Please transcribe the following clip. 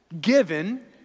given